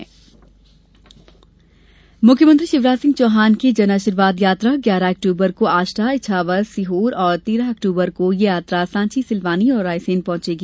जन आशीर्वाद यात्रा मुख्यमंत्री शिवराज सिंह चौहान की जन आशीर्वाद यात्रा ग्यारह अक्टूबर को आष्ठा इछावर सीहोर और तेरह अक्टूबर को यह यात्रा सांची सिलवानी और रायसेन पहुंचेगी